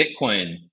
bitcoin